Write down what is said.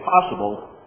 possible